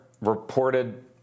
reported